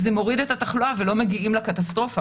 זה מוריד את התחלואה ולא מגיעים לקטסטרופה.